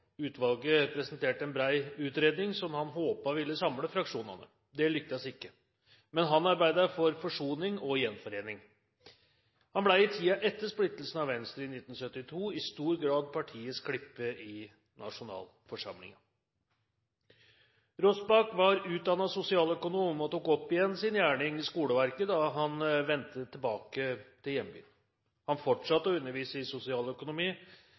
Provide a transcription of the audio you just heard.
Utvalget presenterte en bred utredning som han håpet ville samle fraksjonene. Det lyktes ikke, men han arbeidet for forsoning og gjenforening. Han ble i tiden etter splittelsen av Venstre i 1972 i stor grad partiets klippe i nasjonalforsamlingen. Rossbach var utdannet sosialøkonom og tok opp igjen sin gjerning i skoleverket da han vendte tilbake til hjembyen. Han fortsatte å undervise i